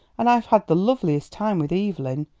and i've had the loveliest time with evelyn,